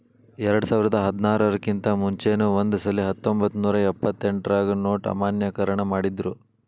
ಎರ್ಡ್ಸಾವರ್ದಾ ಹದ್ನಾರರ್ ಕಿಂತಾ ಮುಂಚೆನೂ ಒಂದಸಲೆ ಹತ್ತೊಂಬತ್ನೂರಾ ಎಪ್ಪತ್ತೆಂಟ್ರಾಗ ನೊಟ್ ಅಮಾನ್ಯೇಕರಣ ಮಾಡಿದ್ರು